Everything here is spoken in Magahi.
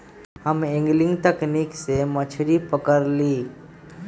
हम एंगलिंग तकनिक से मछरी पकरईली